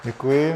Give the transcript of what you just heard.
Děkuji.